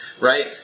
right